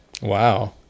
wow